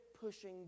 pushing